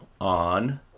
on